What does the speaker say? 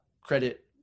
credit